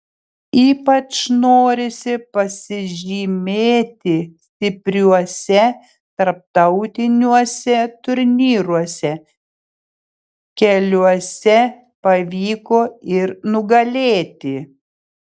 ypač norisi pasižymėti stipriuose tarptautiniuose turnyruose keliuose pavyko ir nugalėti